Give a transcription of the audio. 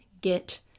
get